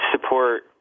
support